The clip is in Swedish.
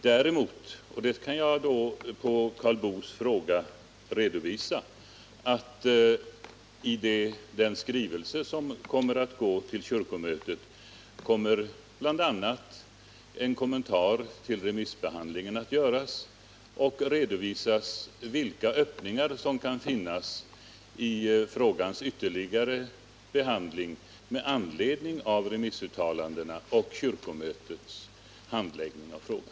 Däremot kan jag på Karl Boos fråga redovisa att i den skrivelse som kommer att gå till kyrkomötet kommer bl.a. en kommentar till remissbehandlingen att göras, Det kommer att redovisas vilka öppningar som kan finnas för frågans vidare behandling med anledning av remissuttalandena och kyrkomötets handläggning av frågan.